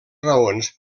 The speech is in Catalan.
raons